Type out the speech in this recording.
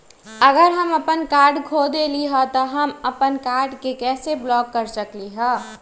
अगर हम अपन कार्ड खो देली ह त हम अपन कार्ड के कैसे ब्लॉक कर सकली ह?